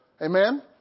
Amen